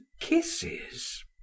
kisses